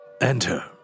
Enter